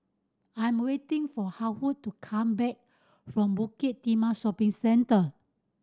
I'm waiting for Haywood to come back from Bukit Timah Shopping Centre